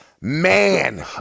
man